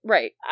Right